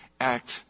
act